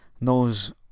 knows